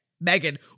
Megan